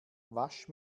wasch